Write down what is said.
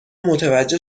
متوجه